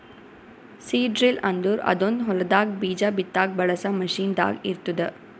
seed drill ಅಂದುರ್ ಅದೊಂದ್ ಹೊಲದಾಗ್ ಬೀಜ ಬಿತ್ತಾಗ್ ಬಳಸ ಮಷೀನ್ ದಾಗ್ ಇರ್ತ್ತುದ